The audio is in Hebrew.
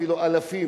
אפילו אלפים,